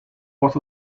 was